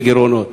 ובגירעונות.